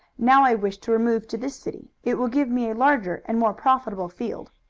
now i wish to remove to this city. it will give me a larger and more profitable field.